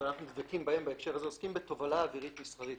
ואנחנו נבדקים בהם בהקשר הזה עוסקים בתובלה אווירית מסחרית,